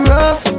Rough